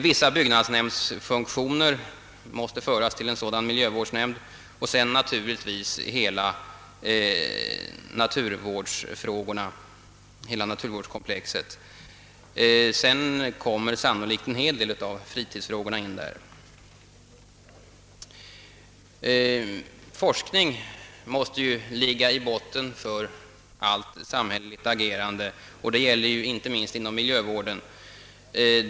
Vissa av byggnadsnämndens funktioner måste också föras till en sådan miljövårdsnämnd — och naturligtvis också hela naturvårdskomplexet. Vidare kommer sannolikt en hel del av fritidsfrågorna in i sammanhanget. Forskning måste ligga bakom allt samhälleligt agerande, och detta gäller inte minst inom miljövården.